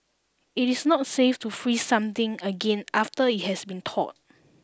it is not safe to freeze something again after it has been thawed